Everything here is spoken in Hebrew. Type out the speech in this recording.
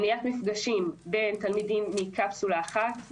מניעת מפגשים בין תלמידים מקפסולה אחת,